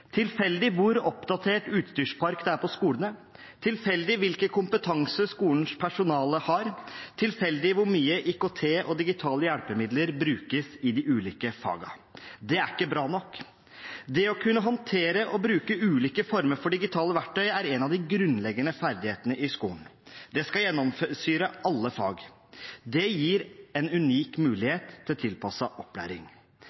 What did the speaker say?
tilfeldig hvor oppdatert utstyrspark det er på skolene, tilfeldig hvilken kompetanse skolens personale har, tilfeldig hvor mye IKT og digitale hjelpemidler brukes i de ulike fagene. Det er ikke bra nok. Det å kunne håndtere og bruke ulike former for digitale verktøy er en av de grunnleggende ferdighetene i skolen. Det skal gjennomsyre alle fag. Det gir en unik